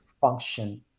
function